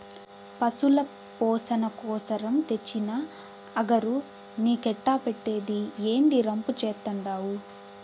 పశుల పోసణ కోసరం తెచ్చిన అగరు నీకెట్టా పెట్టేది, ఏందీ రంపు చేత్తండావు